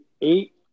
eight